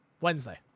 Wednesday